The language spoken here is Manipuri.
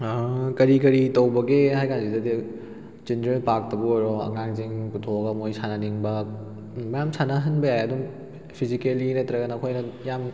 ꯀꯔꯤ ꯀꯔꯤ ꯇꯧꯕꯒꯦ ꯍꯥꯏ ꯀꯥꯟꯁꯤꯗꯗꯤ ꯆꯤꯟꯗ꯭ꯔꯦꯟ ꯄꯥꯔꯛꯇꯕꯨ ꯑꯣꯏꯔꯣ ꯑꯉꯥꯡꯁꯤꯡ ꯄꯨꯊꯣꯛꯂꯒ ꯃꯣꯏ ꯁꯥꯟꯅꯅꯤꯡꯕ ꯃꯌꯥꯝ ꯁꯥꯟꯅꯍꯟꯕ ꯌꯥꯏ ꯑꯗꯨꯝ ꯐꯤꯖꯤꯀꯦꯜꯂꯤ ꯅꯠꯇ꯭ꯔꯒꯅ ꯑꯩꯈꯣꯏꯅ ꯌꯥꯝ